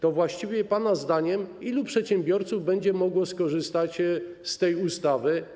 To pana zdaniem ilu przedsiębiorców będzie mogło skorzystać z tej ustawy?